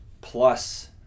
plus